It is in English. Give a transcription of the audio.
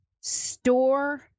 store